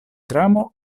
dramo